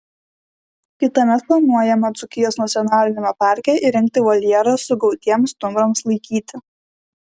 kitąmet planuojama dzūkijos nacionaliniame parke įrengti voljerą sugautiems stumbrams laikyti